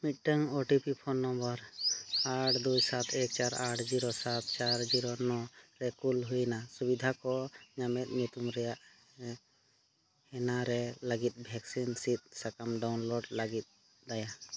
ᱢᱤᱫᱴᱟᱝ O T P phone number ᱟᱴ ᱫᱩᱭ ᱥᱟᱛ ᱮᱠ ᱪᱟᱨ ᱟᱴ ᱡᱤᱨᱳ ᱥᱟᱛ ᱪᱟᱨ ᱡᱤᱨᱳ ᱱᱚ ᱨᱮ ᱠᱩᱞ ᱦᱩᱭᱱᱟ ᱥᱩᱵᱤᱫᱷᱟ ᱠᱚ ᱧᱟᱢᱮᱫ ᱧᱩᱛᱩᱢ ᱨᱮᱱᱟᱜ ᱦᱮᱱᱟᱨᱮ ᱞᱟᱹᱜᱤᱫ ᱵᱷᱮᱠᱥᱤᱱ ᱥᱤᱫᱽ ᱥᱟᱠᱟᱢ ᱰᱟᱣᱩᱱᱞᱳᱰ ᱞᱟᱹᱜᱤᱫ ᱫᱟᱭᱟ